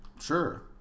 Sure